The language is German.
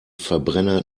verbrenner